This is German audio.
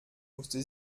musste